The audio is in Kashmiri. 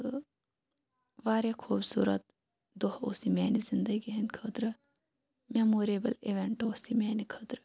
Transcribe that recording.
تہٕ واریاہ خوٗبصوٗرت دۄہ اوس یہٕ میانہِ زِنٛدگی ہنٛدۍ خٲطرٕ میموریبٕل اِوینٛٹ اوس میانہِ خٲطرٕ